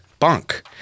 bunk